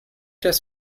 das